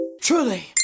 Truly